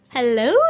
Hello